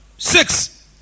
Six